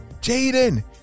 Jaden